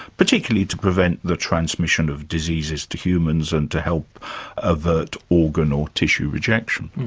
particularly to prevent the transmission of diseases to humans, and to help ah overt organ or tissue rejection.